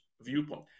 viewpoint